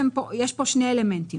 יש פה שני אלמנטים.